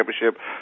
Championship